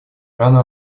рано